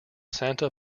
santa